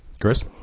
Chris